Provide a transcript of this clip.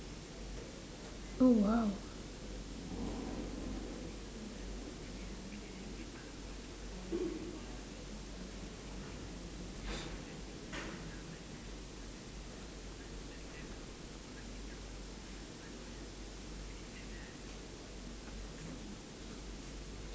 oh !wow!